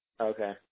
Okay